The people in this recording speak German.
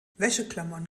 wäscheklammern